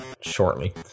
shortly